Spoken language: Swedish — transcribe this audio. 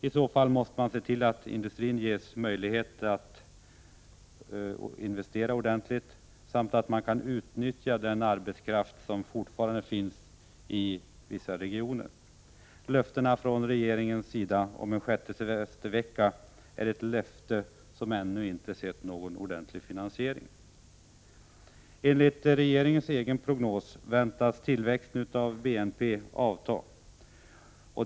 I så fall måste man se till att industrin ges möjligheter att investera ordentligt och att utnyttja den arbetskraft som fortfarande finns i vissa regioner. Regeringens löfte om en sjätte semestervecka är ett löfte för vilket vi ännu inte sett någon finansiering. Enligt regeringens egen prognos väntas tillväxten av BNP avta.